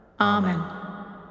Amen